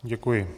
Děkuji.